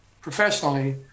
professionally